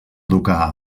educar